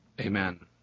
Amen